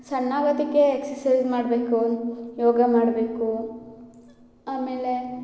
ಸಣ್ಣ ಆಗೋದಕ್ಕೆ ಎಕ್ಸರ್ಸೈಸ್ ಮಾಡಬೇಕು ಯೋಗ ಮಾಡಬೇಕು ಆಮೇಲೆ